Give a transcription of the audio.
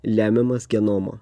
lemiamas genomo